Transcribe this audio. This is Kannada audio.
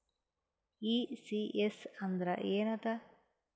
ಈ.ಸಿ.ಎಸ್ ಅಂದ್ರ ಏನದ?